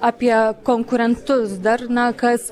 apie konkurentus dar na kas